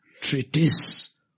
treatise